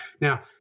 Now